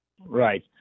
Right